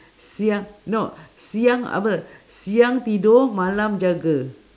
siang no siang apa siang tidur malam jaga